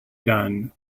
done